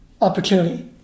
opportunity